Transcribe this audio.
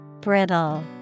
Brittle